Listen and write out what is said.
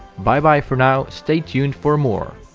bye bye for now, stay tuned for more!